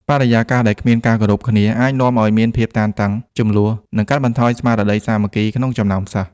បរិយាកាសដែលគ្មានការគោរពគ្នាអាចនាំឲ្យមានភាពតានតឹង ជម្លោះ និងកាត់បន្ថយស្មារតីសាមគ្គីភាពក្នុងចំណោមសិស្ស។